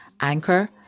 Anchor